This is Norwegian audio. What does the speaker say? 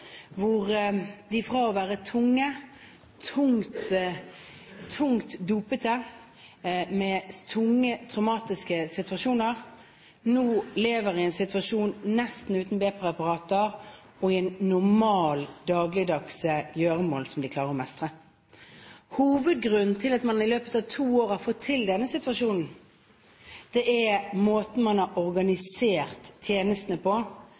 hvor de fra å være tungt dopet, med tunge traumatiske situasjoner, nå lever nesten uten b-preparater og med normale, dagligdagse gjøremål som de klarer å mestre. Hovedgrunnen til at man i løpet av to år har fått til denne situasjonen er måten man har organisert tjenestene på